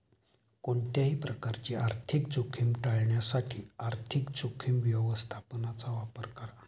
कोणत्याही प्रकारची आर्थिक जोखीम टाळण्यासाठी आर्थिक जोखीम व्यवस्थापनाचा वापर करा